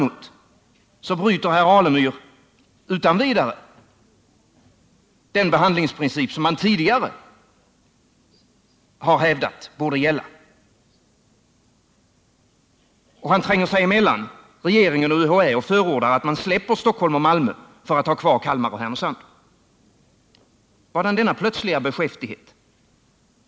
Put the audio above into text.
Men nu bryter herr Alemyr utan vidare mot den behandlingsprincip som han tidigare har hävdat borde gälla, och han tränger sig mellan regeringen och UHÄ och förordar att man släpper Stockholm och Malmö för att ha kvar Kalmar och Härnösand. Vadan denna plötsliga beskäftighet?